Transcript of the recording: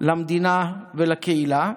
למדינה ולקהילה.